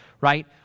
right